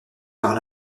par